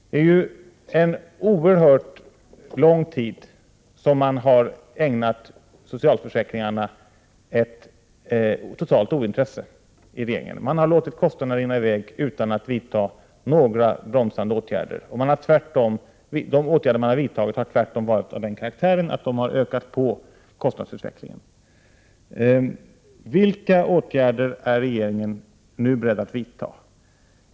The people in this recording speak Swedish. Man har i regeringen under en oerhört lång tid ägnat socialförsäkringarna ett totalt ointresse. Man har låtit kostnaderna öka utan att vidta några bromsande åtgärder. De åtgärder man har vidtagit har tvärtom varit av den karaktären att de har ökat på kostnadsutvecklingen. Vilka åtgärder är regeringen nu beredd att vidta?